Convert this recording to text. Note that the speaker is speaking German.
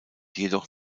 jedoch